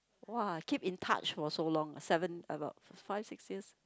!wah! keep in touch for so long seven about five six years